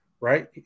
right